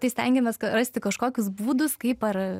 tai stengiamės rasti kažkokius būdus kaip ar